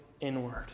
inward